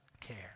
care